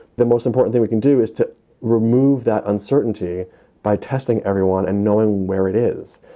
the most important thing we can do is to remove that uncertainty by testing everyone and knowing where it is.